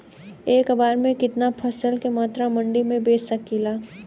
एक बेर में कितना फसल के मात्रा मंडी में बेच सकीला?